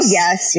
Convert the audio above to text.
yes